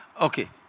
Okay